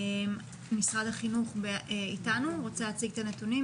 משרד החינוך אתנו ורוצה להציג את הנתונים?